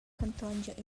contonscher